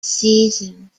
seasons